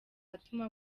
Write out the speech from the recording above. atuma